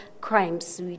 crimes